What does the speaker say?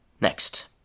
Next